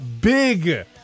big